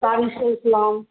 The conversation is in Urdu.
تاریخ اسلام